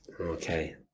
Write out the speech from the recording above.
Okay